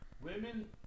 Women